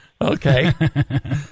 Okay